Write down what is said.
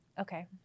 okay